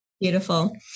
Beautiful